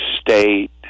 state